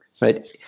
right